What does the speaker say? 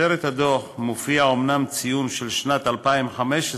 בכותרת הדוח מופיע אומנם ציון של שנת 2015,